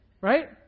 right